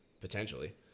potentially